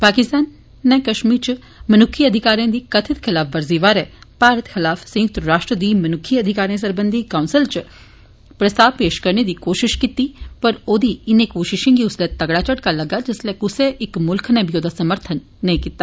पाकिस्तान नै कश्मीर च मन्क्खी अधिकारें दी कथित खलाफवर्जी बारै भारत खलाफ संयुक्त राष्ट्र दी मनुक्खी अधिकारें सरबंधी काउंसल च इक प्रस्ताव पेश करने दी कोशश कीती पर ओदी इनें कोशशें गी उसलै तगड़ा झटका लग्गा जिसलै क्सा इक म्ल्ख नै बी ओह्दा समर्थन नेईं कीता